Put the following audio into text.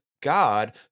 God